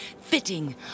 fitting